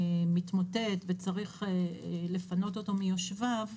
מתמוטט וצריך לפנות אותו מיושביו,